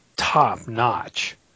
Top-notch